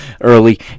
early